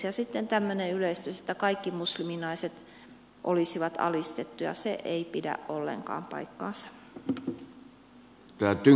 sitten tämmöinen yleistys että kaikki musliminaiset olisivat alistettuja ei pidä ollenkaan paikkaansa